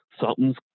something's